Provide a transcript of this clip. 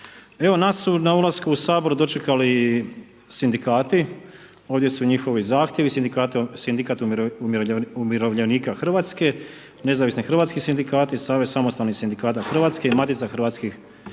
nas su na ulasku u Sabor dočekali Sindikati, ovdje su njihovi zahtjevi, Sindikat umirovljenika Hrvatske, Nezavisni hrvatski sindikati, Savez samostalnih sindikata Hrvatske i Matica hrvatskih sindikata.